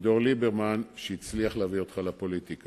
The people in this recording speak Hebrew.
אביגדור ליברמן, שהצליח להביא אותך לפוליטיקה.